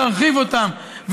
תרחיב אותן,